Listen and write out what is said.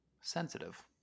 sensitive